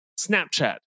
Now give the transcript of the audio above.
Snapchat